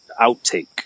outtake